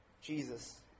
Jesus